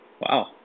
Wow